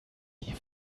die